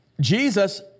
Jesus